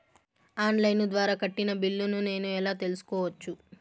On line ద్వారా కట్టిన బిల్లును నేను ఎలా తెలుసుకోవచ్చు?